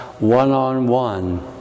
one-on-one